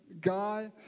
guy